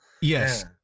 yes